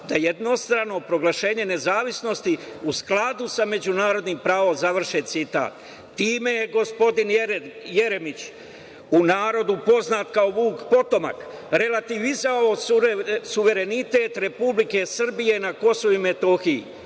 je jednostrano proglašenje nezavisnosti u skladu sa međunarodnim pravom“, završen citat. Time je gospodin Jeremić, u narodu poznat kao Vuk potomak, relitivizovao suverenitet Republike Srbije na KiM.S tim